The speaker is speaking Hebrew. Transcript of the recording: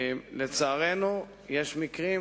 לצערנו, יש מקרים